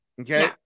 Okay